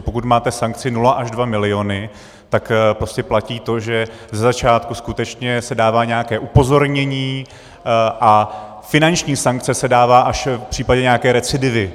Pokud máte sankci nula až 2 miliony, tak prostě platí to, že ze začátku skutečně se dává nějaké upozornění a finanční sankce se dává až v případě nějaké recidivy.